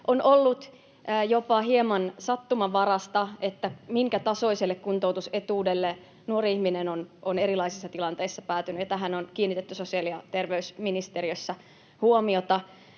on ollut jopa hieman sattumanvaraista, minkä tasoiselle kuntoutusetuudelle nuori ihminen on erilaisissa tilanteissa päätynyt. Tähän on kiinnitetty sosiaali- ja terveysministeriössä huomiota.